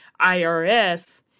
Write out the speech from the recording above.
IRS